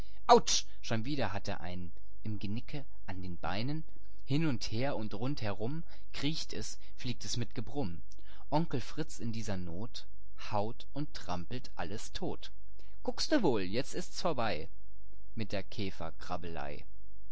schon wieder hat er einen im genicke an den beinen illustration und fliegt hin und her und rund herum kriecht es fliegt es mit gebrumm illustration onkel fritz haut onkel fritz in dieser not haut und trampelt alles tot illustration und trampelt alles tot guckste wohl jetzt ist's vorbei mit der käferkrabbelei